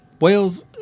Wales